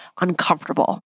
uncomfortable